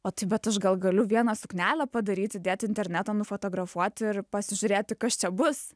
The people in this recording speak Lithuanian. o tai bet aš gal galiu vieną suknelę padaryti dėt į internetą nufotografuoti ir pasižiūrėti kas čia bus